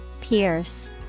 Pierce